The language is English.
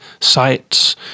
sites